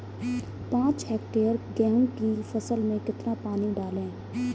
पाँच हेक्टेयर गेहूँ की फसल में कितना पानी डालें?